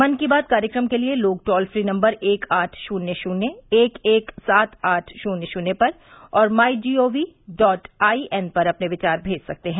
मन की बात कार्यक्रम के लिए लोग टोल फ्री नम्बर एक आठ शून्य शून्य एक एक सात आठ शून्य शून्य पर और my G O V dot I N पर अपने विचार मेज सकते हैं